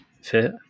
fit